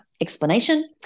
explanation